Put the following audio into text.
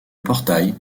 portail